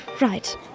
right